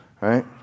Right